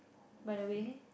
by the way